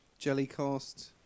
Jellycast